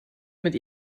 mit